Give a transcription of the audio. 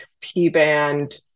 P-band